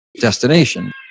destination